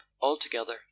altogether